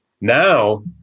Now